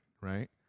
right